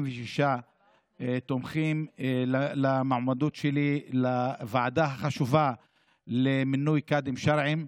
תומכים במועמדות שלי לוועדה החשובה למינוי קאד'ים שרעיים.